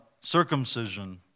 circumcision